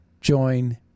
join